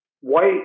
white